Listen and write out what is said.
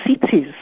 cities